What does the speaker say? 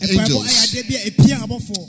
angels